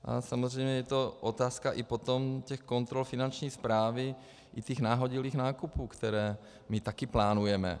A samozřejmě je to otázka i potom kontrol Finanční správy i těch nahodilých nákupů, které my také plánujeme.